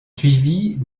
suivis